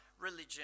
religion